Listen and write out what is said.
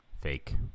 fake